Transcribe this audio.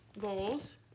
Goals